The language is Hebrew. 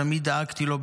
תמיד דאגתי לו,